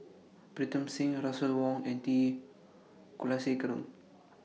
Pritam Singh Russel Wong and T Kulasekaram